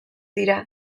dira